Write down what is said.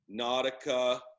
Nautica